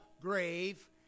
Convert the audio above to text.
grave